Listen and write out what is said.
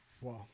Wow